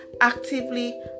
actively